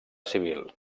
civil